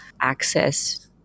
access